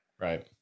right